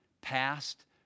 Past